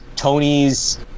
Tony's